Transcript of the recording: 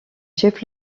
chef